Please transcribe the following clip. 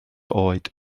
oed